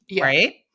right